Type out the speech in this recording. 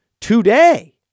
today